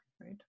right